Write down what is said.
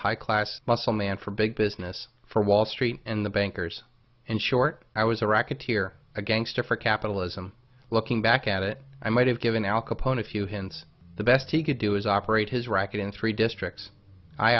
high class muscle man for big business for wall street and the bankers and short i was a racketeer a gangster for capitalism looking back at it i might have given al capone a few hints the best he could do is operate his racket in three districts i